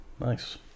Nice